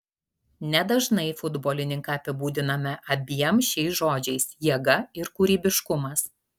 nedažnai futbolininką apibūdiname abiem šiais žodžiais jėga ir kūrybiškumas